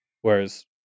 Whereas